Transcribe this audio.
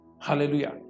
hallelujah